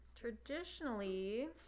Traditionally